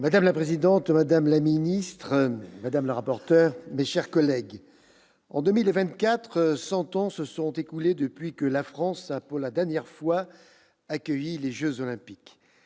Madame la présidente, madame la ministre, madame la rapporteur, mes chers collègues, en 2024, cent ans se seront écoulés depuis que la France a, pour la dernière fois, accueilli les jeux Olympiques.